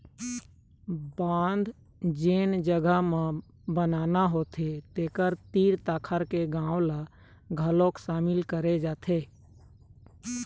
बांध जेन जघा म बनाना होथे तेखर तीर तखार के गाँव ल घलोक सामिल करे जाथे